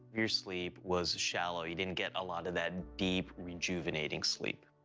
your sleep was shallow, you didn't get a lot of that deep, rejuvenating sleep.